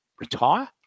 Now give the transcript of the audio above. retire